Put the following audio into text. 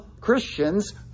Christians